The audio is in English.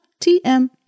TM